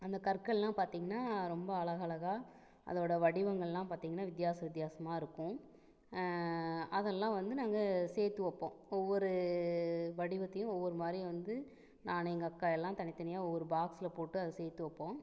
அந்த கற்கள்லாம் பார்த்தீங்கன்னா ரொம்ப அழகழகாக அதோடய வடிவங்கள்லாம் பார்த்தீங்கன்னா வித்தியாசம் வித்தியாசமாக இருக்கும் அதெல்லாம் வந்து நாங்கள் சேர்த்து வைப்போம் இப்போ ஒவ்வொரு வடிவத்தையும் ஒவ்வொரு மாதிரி வந்து நான் எங்கள் அக்கா எல்லாம் தனித்தனியாக ஒரு பாக்ஸில் போட்டு அதை சேர்த்து வைப்போம்